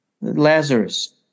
Lazarus